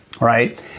right